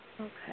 Okay